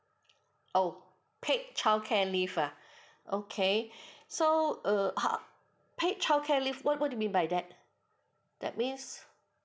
oh paid childcare leave ah okay so err !huh! paid childcare leave what what do you mean by that that means